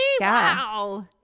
wow